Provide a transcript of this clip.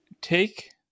take